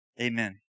Amen